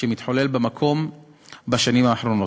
שמתחולל במקום בשנים האחרונות.